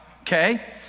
okay